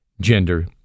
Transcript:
gender